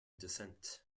descent